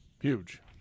Huge